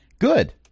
Good